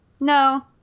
no